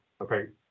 okay